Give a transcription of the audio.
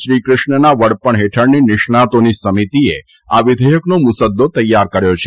શ્રીકૃષ્ણના વડપણ હેઠળની નિષ્ણાંતોની સમિતીએ આ વિધેયકનો મુસદ્દો તૈયાર કર્યો છે